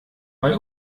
bei